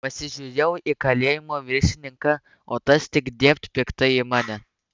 pasižiūrėjau į kalėjimo viršininką o tas tik dėbt piktai į mane